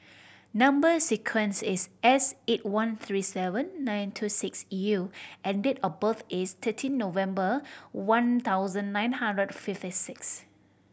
number sequence is S eight one three seven nine two six U and date of birth is thirteen November one thousand nine hundred fifty six